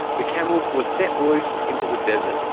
the camels were set loose into the desert.